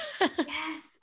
yes